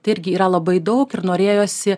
tai irgi yra labai daug ir norėjosi